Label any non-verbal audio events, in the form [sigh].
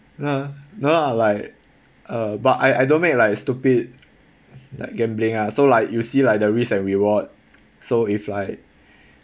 nah no lah like uh but I I don't make like stupid like gambling ah so like you see like the risk and reward so if like [breath]